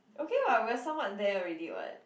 okay [what] we are somewhat there already [what]